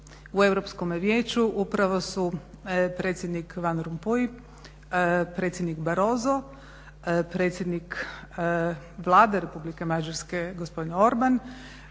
EU vijeću upravo su predsjednik Van Rompuy, predsjednik Barosso, predsjednik Vlade Republike Mađarske gospodin Orban